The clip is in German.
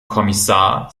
kommissar